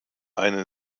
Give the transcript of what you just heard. eine